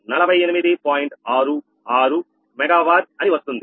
66 mega war అని వస్తుంది